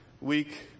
week